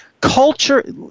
Culture –